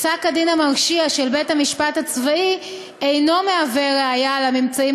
פסק-הדין המרשיע של בית-המשפט הצבאי אינו ראיה לממצאים